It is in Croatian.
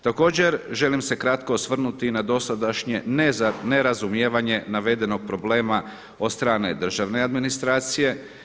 Također, želim se kratko osvrnuti i na dosadašnje nerazumijevanje navedenog problema od strane državne administracije.